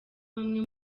bamwe